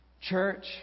Church